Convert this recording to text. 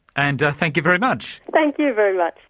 and thank you very much. thank you very much.